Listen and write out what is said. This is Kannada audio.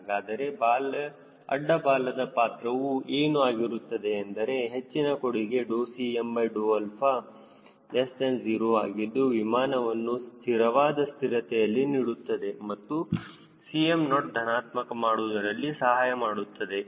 ಹಾಗಾದರೆ ಅಡ್ಡ ಬಾಲದ ಪಾತ್ರವು ಏನು ಆಗಿರುತ್ತದೆ ಎಂದರೆ ಹೆಚ್ಚಿನ ಕೊಡುಗೆ Cm 0 ಆಗಿದ್ದು ವಿಮಾನವನ್ನು ಸ್ಥಿರವಾದ ಸ್ಥಿರತೆಯಲ್ಲಿ ನೀಡುತ್ತದೆ ಮತ್ತು Cm0 ಧನಾತ್ಮಕ ಮಾಡುವುದರಲ್ಲಿ ಸಹಾಯಮಾಡುತ್ತದೆ